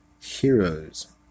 Heroes